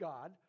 God